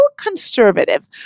conservative